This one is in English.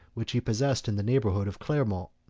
which he possessed in the neighborhood of clermont.